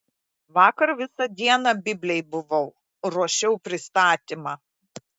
vakar visą dieną biblėj buvau ruošiau pristatymą